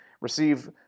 receive